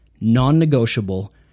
Non-negotiable